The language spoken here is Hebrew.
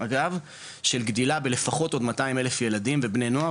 אגב של גדילה בלפחות עוד 200 אלף ילדים ובני נוער